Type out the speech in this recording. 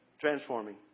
transforming